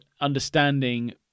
understanding